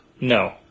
No